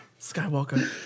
Skywalker